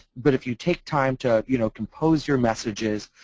but if you take time to you know compose your messages,